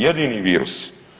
Jedini virus.